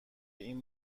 این